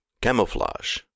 camouflage